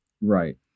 right